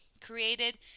created